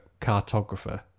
cartographer